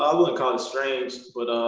um wouldn't call it strange but